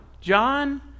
John